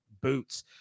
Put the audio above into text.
boots